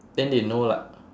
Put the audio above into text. then they know like